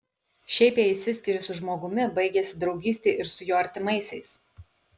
šiaip jei išsiskiri su žmogumi baigiasi draugystė ir su jo artimaisiais